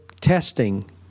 testing